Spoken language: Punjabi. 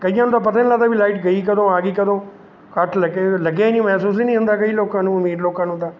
ਕਈਆਂ ਨੂੰ ਤਾਂ ਪਤਾ ਹੀ ਨਹੀਂ ਲੱਗਦਾ ਵੀ ਲਾਈਟ ਗਈ ਕਦੋਂ ਆ ਗਈ ਕਦੋਂ ਕੱਟ ਲੱਗੇ ਲੱਗਿਆ ਨਹੀਂ ਮਹਿਸੂਸ ਹੀ ਨਹੀਂ ਹੁੰਦਾ ਕਈ ਲੋਕਾਂ ਨੂੰ ਅਮੀਰ ਲੋਕਾਂ ਨੂੰ ਤਾਂ